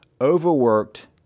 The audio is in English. overworked